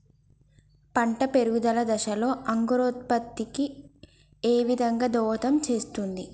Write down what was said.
పంట పెరుగుదల దశలో అంకురోత్ఫత్తి ఏ విధంగా దోహదం చేస్తుంది?